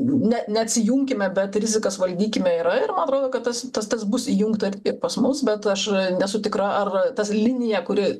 ne neatsijunkime bet rizikas valdykime yra ir man atrodo kad tas tas bus įjungta ir pas mus bet aš nesu tikra ar tas linija kuri